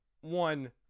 one